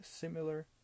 similar